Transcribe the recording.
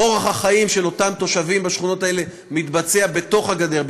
אורח החיים של אותם תושבים בשכונות האלה מתבצע בתוך הגדר,